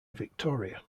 victoria